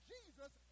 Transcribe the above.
Jesus